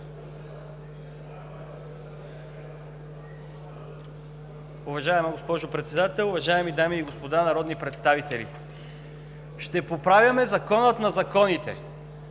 Уважаема госпожо Председател, уважаеми дами и господа народни представители! Ще поправяме Закона на законите!